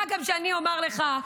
מה גם שאני אומר לך,